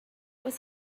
was